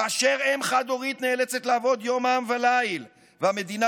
כאשר אם חד-הורית נאלצת לעבוד יומם ולילה והמדינה